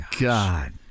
god